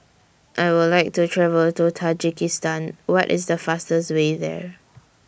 I Would like to travel to Tajikistan What IS The fastest Way There